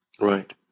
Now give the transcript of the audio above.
Right